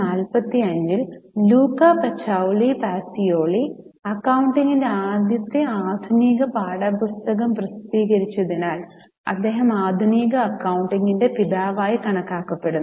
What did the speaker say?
1445 ൽ Luca Pacioli Pacioli അക്കൌണ്ടിങ്ങിന്റെ ആദ്യത്തെ ആധുനിക പാഠപുസ്തകം പ്രസിദ്ധീകരിച്ചതിനാൽ അദ്ദേഹം ആധുനിക അക്കൌണ്ടിങ്ങിന്റെ പിതാവായി കണക്കാക്കപ്പെടുന്നു